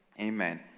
Amen